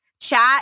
chat